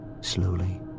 Slowly